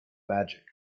magic